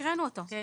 הקראנו אותו,